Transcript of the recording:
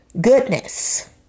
goodness